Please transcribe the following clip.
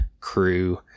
crew